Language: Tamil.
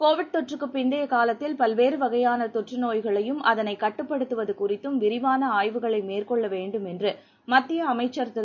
கோவிட் தொற்றுக்குப் பிந்தைய காலத்தில் பல்வேறு வகையான தொற்று நோய்களையும் அதனைக் கட்டுப்படுத்துவது குறித்தும் விரிவான ஆய்வுகளை மேற்கொள்ள வேண்டும் என்று மத்திய அமைச்சர் திரு